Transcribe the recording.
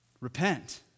repent